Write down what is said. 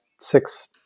six